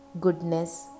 goodness